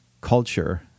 culture